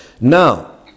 Now